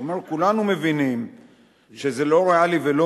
הוא אומר: כולנו מבינים שזה לא ריאלי ולא